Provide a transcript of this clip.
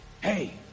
hey